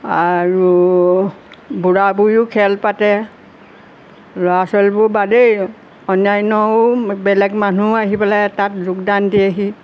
আৰু বুঢ়া বুঢ়ীও খেল পাতে ল'ৰা ছোৱালীবোৰ বাদেই অন্যান্যও বেলেগ মানুহো আহি পেলাই তাত যোগদান দিয়েহি